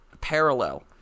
parallel